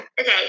Okay